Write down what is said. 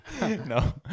No